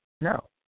No